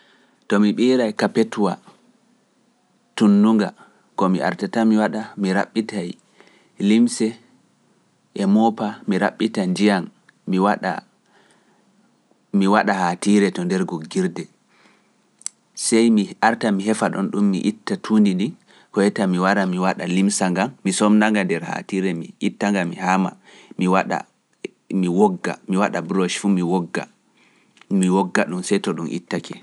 To mi ɓiyata tunnunga, ko mi artata mi waɗa, mi raɓɓitay limse e moopa, mi raɓɓita njiyam, mi waɗa haatiire mi somna nga nder hatire mi itta nga mi haama mi waɗa mi wogga mi waɗa ɓurosh fu mi wogga mi wogga ɗum se to ɗum ittake.